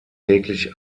täglich